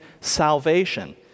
salvation